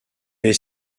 est